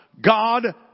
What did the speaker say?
God